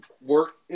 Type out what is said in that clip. work